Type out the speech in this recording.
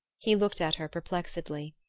he looked at her perplexedly.